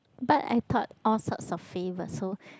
but I thought all sorts of flavours so